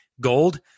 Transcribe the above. gold